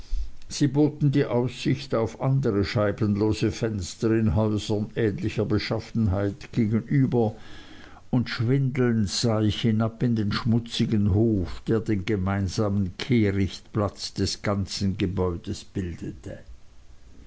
sie boten die aussicht auf andre scheibenlose fenster in häusern ähnlicher beschaffenheit gegenüber und schwindelnd sah ich hinab in den schmutzigen hof der den gemeinsamen kehrichtplatz des ganzen gebäudes bildete